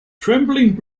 trembling